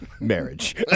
marriage